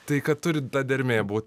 tai kad turi ta dermė būt